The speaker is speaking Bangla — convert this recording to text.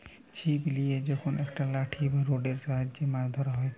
ছিপ লিয়ে যখন একটা লাঠি বা রোডের সাহায্যে মাছ ধরা হয়টে